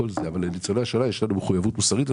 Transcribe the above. אבל לניצולי השואה יש לנו מחויבות מוסרית מיוחדת,